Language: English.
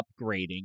upgrading